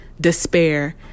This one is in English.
despair